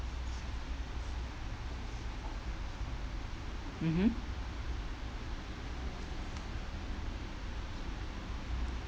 mmhmm